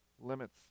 limits